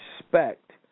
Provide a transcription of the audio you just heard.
respect